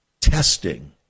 testing